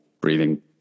breathing